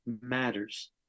Matters